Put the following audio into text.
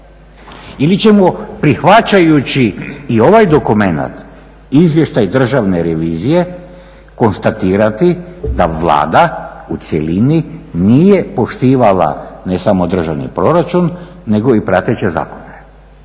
Ili ćemo prihvaćajući i ovaj dokumenat, izvještaj državne revizije konstatirati da Vlada u cjelini nije poštivala ne samo državni proračun nego i prateće zakone.